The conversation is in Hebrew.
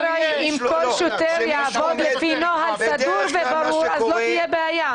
צריך לעבוד לפי נוהל סדור וברור ואז לא תהיה בעיה.